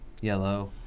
yellow